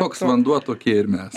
koks vanduo tokie ir mes